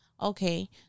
Okay